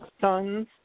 sons